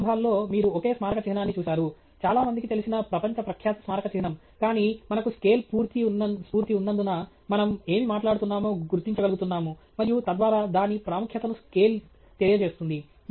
రెండు సందర్భాల్లో మీరు ఒకే స్మారక చిహ్నాన్ని చూశారు చాలా మందికి తెలిసిన ప్రపంచ ప్రఖ్యాత స్మారక చిహ్నం కానీ మనకు స్కేల్ స్ఫూర్తి ఉన్నందున మనం ఏమి మాట్లాడుతున్నామో గుర్తించగలుగుతున్నాము మరియు తద్వారా దాని ప్రాముఖ్యతను స్కేల్ తెలియ చేస్తుంది